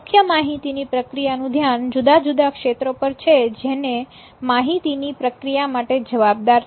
મુખ્ય માહિતી ની પ્રક્રિયાનું ધ્યાન જુદા જુદા ક્ષેત્રો પર છે જે માહિતીની પ્રક્રિયા માટે જવાબદાર છે